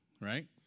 right